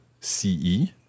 c-e